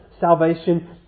salvation